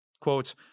Quote